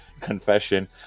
confession